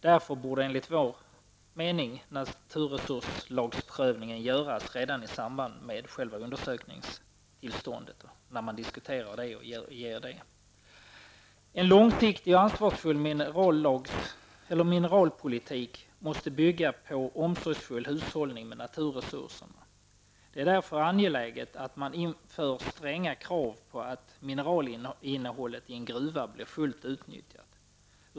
Därför borde prövningen enligt naturresurslagen göras när man diskuterar och lämnar själva undersökningstillståndet. En långsiktig och ansvarsfull mineralpolitik måste bygga på omsorgsfull hushållning med naturresurser. Därför är det angeläget att man inför stränga krav på att mineralinnehållet i en gruva blir fullt utnyttjat.